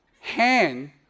hand